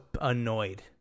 annoyed